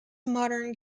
modern